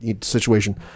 situation